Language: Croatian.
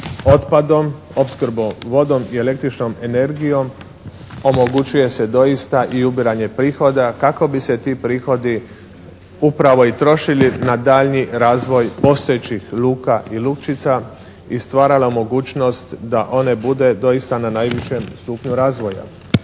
otpadom, opskrbom vodom i električnom energijom omogućuje se doista i ubiranje prihoda kako bi se ti prihodi upravo i trošili na daljnji razvoj postojećih luka i lučica i stvarala mogućnost da one budu doista na najvišem stupnju razvoja.